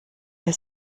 wir